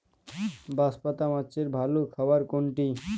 বাঁশপাতা মাছের ভালো খাবার কোনটি?